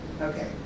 Okay